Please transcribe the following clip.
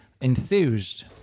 enthused